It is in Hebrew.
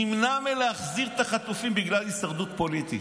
נמנע מלהחזיר את החטופים בגלל הישרדות פוליטית.